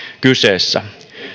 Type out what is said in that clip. kyseessä